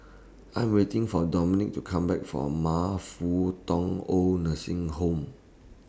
I Am waiting For Dominick to Come Back from Fut Tong Oid Nursing Home